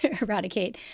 eradicate